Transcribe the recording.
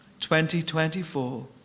2024